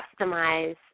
customize